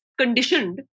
conditioned